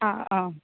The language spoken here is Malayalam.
ആ ആ